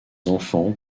enfants